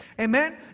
Amen